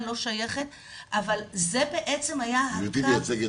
אני לא שייכת -- מה תפקידך?